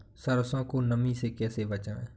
सरसो को नमी से कैसे बचाएं?